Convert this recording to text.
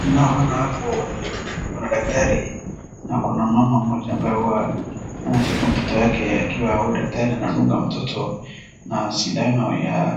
Tunaoona hapo ni kuna daktari na kuna mama mmoja ambaye huwa anashika mtoto wake ikiwa huyu daktari anadunga mtoto na sindano ya